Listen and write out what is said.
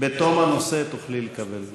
בתום הנושא תוכלי לקבל.